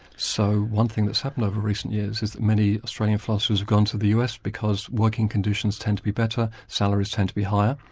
so one thing that's happened over recent years is that many australian philosophers have gone to the us, because working conditions tend to be better, salaries tend to be higher.